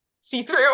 see-through